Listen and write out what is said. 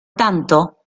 tanto